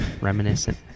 reminiscent